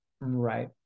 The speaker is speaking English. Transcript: Right